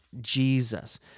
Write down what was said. Jesus